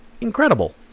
incredible